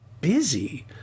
busy